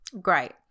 great